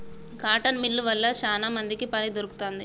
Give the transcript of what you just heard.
cotton మిల్లువ వల్ల శానా మందికి పని దొరుకుతాంది